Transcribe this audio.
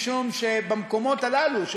משום שבמקומות הללו,